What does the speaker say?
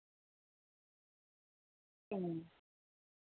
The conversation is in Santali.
ᱦᱩᱸ